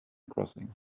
crossing